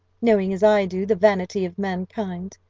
knowing, as i do, the vanity of mankind,